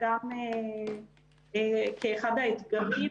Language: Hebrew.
בגלל מחסור בכוח אדם ותקנים שהובטחו ולא התקבלו